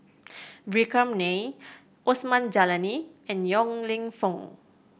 Vikram Nair Osman Zailani and Yong Lew Foong